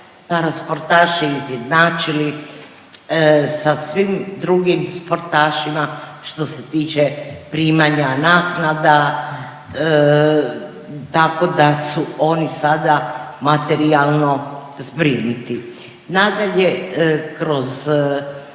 parasportaše izjednačili sa svim drugim sportašima, što se tiče primanja naknada tako da su oni sada materijalno zbrinuti. Nadalje, kroz